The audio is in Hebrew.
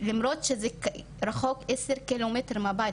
למרות שזה רחוק בעשר קילומטר מהבית,